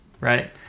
Right